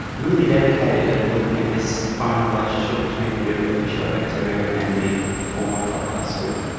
really dedicated at looking at this fine relationship between the vibrio fischeri bacteria and the hawaiian bobtail squid.